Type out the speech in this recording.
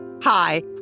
Hi